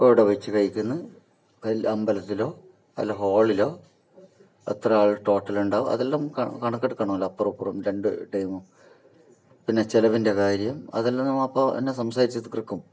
എവിടെ വെച്ചു കഴിക്കുന്നത് കൽ അമ്പലത്തിലോ അല്ല ഹോളിലോ എത്ര ആൾ ടോട്ടലുണ്ടാകും അതെല്ലാം കണക്കെടുക്കണമല്ലോ അപ്പുറവും ഇപ്പുറവും രണ്ട് ടീമും പിന്നെ ചിലവിൻ്റെ കാര്യം അതെല്ലാം നമ്മൾ അപ്പം തന്നെ സംസാരിച്ച് തീർക്കും